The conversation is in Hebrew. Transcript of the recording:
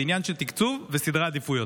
זה עניין של תקצוב וסדרי עדיפויות.